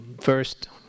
first